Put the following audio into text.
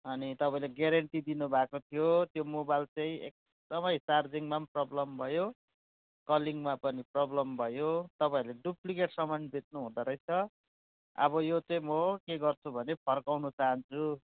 अनि तपाईँले ग्यारेन्टी दिनु भएको थियो त्यो मोबाइल चाहिँ एकदमै चार्जिङमा पनि प्रब्लम भयो कलिङमा पनि प्रब्लम भयो तपाईँहरूले डुप्लिकेट सामान बेच्नु हुँदोरहेछ अब यो चाहिँ म के गर्छु भने फर्काउनु चाहन्छु